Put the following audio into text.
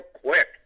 quick